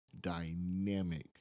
dynamic